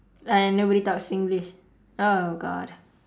and nobody talk singlish oh god